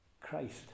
Christ